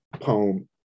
poem